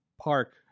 Park